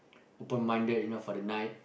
open minded you know for the night